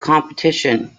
competition